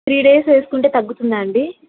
three days వేసుకుంటే తగ్గుతుందా అండి